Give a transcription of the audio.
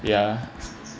yeah